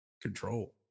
Control